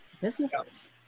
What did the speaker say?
businesses